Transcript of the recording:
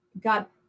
got